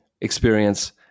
experience